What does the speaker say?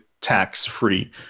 tax-free